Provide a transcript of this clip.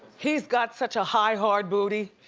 he's got such a high, hard booty.